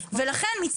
לכן,